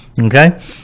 Okay